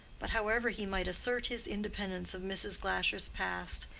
but however he might assert his independence of mrs. glasher's past,